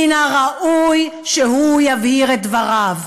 מן הראוי שהוא יבהיר את דבריו.